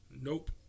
Nope